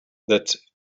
that